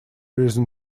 reason